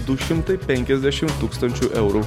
du šimtai penkiasdešim tūkstančių eurų